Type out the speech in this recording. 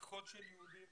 רציחות של יהודים